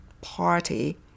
party